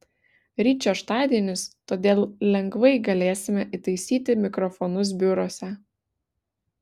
ryt šeštadienis todėl lengvai galėsime įtaisyti mikrofonus biuruose